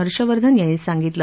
हर्षवर्धन यांनी सांगितलं